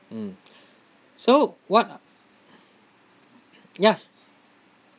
mm so what ya